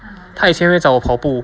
他以前会找我跑步